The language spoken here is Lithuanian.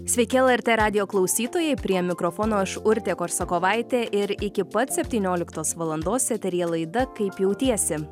sveiki lrt radijo klausytojai prie mikrofono aš urtė korsakovaitė ir iki pat septynioliktos valandos eteryje laida kaip jautiesi